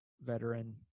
veteran